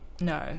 no